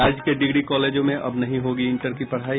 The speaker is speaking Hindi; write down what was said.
राज्य के डिग्री कॉलेजों में अब नहीं होगी इंटर की पढ़ाई